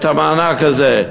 את המענק הזה.